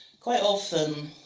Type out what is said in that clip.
quite often,